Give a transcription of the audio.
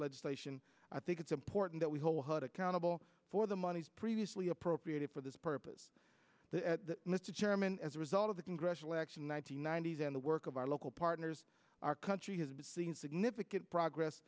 legislation i think it's important that we hold her accountable for the monies previously appropriated for this purpose mr chairman as a result of the congressional action one nine hundred ninety s and the work of our local partners our country has seen significant progress